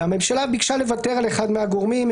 הממשלה ביקשה לוותר על אחד מהגורמים,